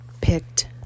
picked